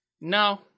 No